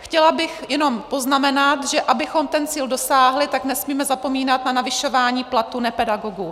Chtěla bych jenom poznamenat, že abychom ten cíl dosáhli, nesmíme zapomínat na navyšování platů nepedagogů.